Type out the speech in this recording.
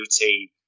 routine